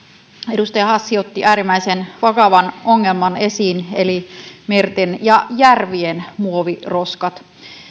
edustaja hassi otti äärimmäisen vakavan ongelman esiin eli merten ja järvien muoviroskat